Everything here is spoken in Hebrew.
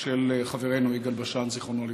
של חברנו יגאל בשן, זיכרונו לברכה.